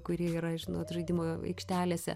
kuri yra žinot žaidimų aikštelėse